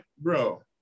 bro